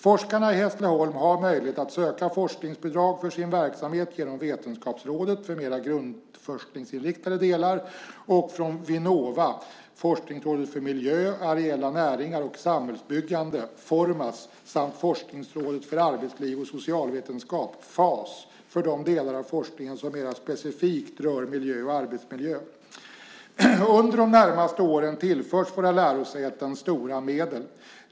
Forskarna i Hässleholm har möjlighet att söka forskningsbidrag för sin verksamhet genom Vetenskapsrådet för mera grundforskningsinriktade delar, och från Verket för innovationssystem, Vinnova, Forskningsrådet för miljö, areella näringar och samhällsbyggande, Formas, samt Forskningsrådet för arbetsliv och socialvetenskap, FAS, för de delar av forskningen som mera specifikt rör miljö och arbetsmiljö. Under de närmaste åren tillförs våra lärosäten stora medel.